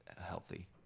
healthy